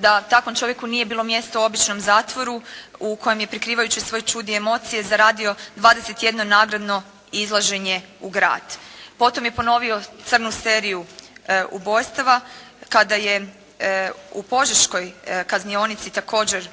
da takvom čovjeku nije bilo mjesto u običnom zatvoru u kojem je prikrivajući svoje čudi i emocije zaradio 21 nagradno izlaženje u grad. Potom je ponovio crnu seriju ubojstava kada je u požeškoj kaznionici također